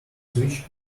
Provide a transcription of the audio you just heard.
switch